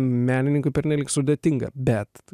menininkui pernelyg sudėtinga bet